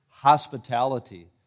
Hospitality